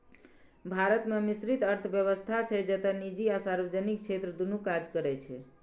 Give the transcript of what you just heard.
भारत मे मिश्रित अर्थव्यवस्था छै, जतय निजी आ सार्वजनिक क्षेत्र दुनू काज करै छै